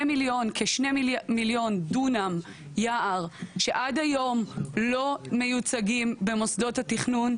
מיליון דונם יער שעד היום לא מיוצגים במוסדות התכנון,